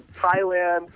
Thailand